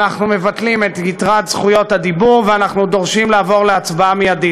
אנחנו מבטלים את יתרת זכויות הדיבור ואנחנו דורשים לעבור להצבעה מיידית.